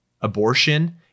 Abortion